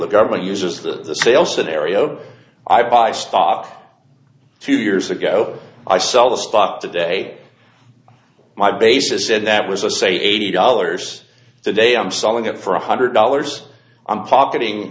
the government uses the sale scenario i buy stock two years ago i sell the stock today my basis said that was a say eighty dollars today i'm selling it for one hundred dollars i'm pocketing